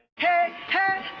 hey, hey,